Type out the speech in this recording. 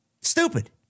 Stupid